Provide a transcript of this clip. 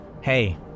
Hey